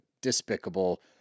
despicable